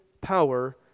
power